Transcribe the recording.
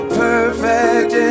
perfect